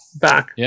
back